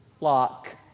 lock